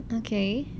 okay